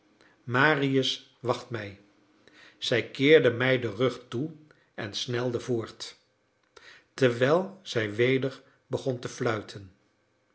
marius wacht mij zij keerde mij den rug toe en snelde voort terwijl zij weder begon te fluiten